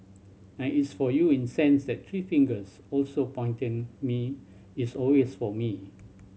and it's for you in sense that three fingers also pointing me it's always for me